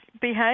behave